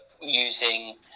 using